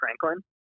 Franklin